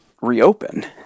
reopen